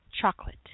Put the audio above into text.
chocolate